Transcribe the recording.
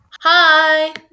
Hi